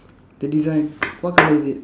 the design what colour is it